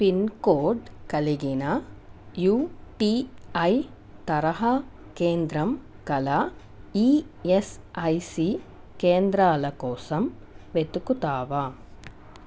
pin code కలిగిన UTI తరహా కేంద్రం కలా ఈఎస్ఐసి కేంద్రాల కోసం వెతుకుతావా